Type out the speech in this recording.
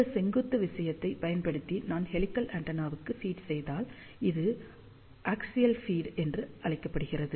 இந்த செங்குத்து விஷயத்தைப் பயன்படுத்தி நாம் ஹெலிகல் ஆண்டெனாவுக்கு ஃபீட் செய்தால் அது அஃஸியல் ஃபீட் என அழைக்கப்படுகிறது